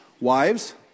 Wives